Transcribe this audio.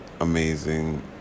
amazing